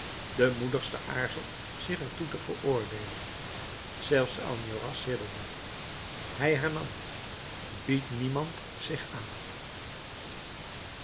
de moedigste aarzelt zich er toe te veroordeelen zelfs enjolras sidderde hij hernam biedt niemand zich aan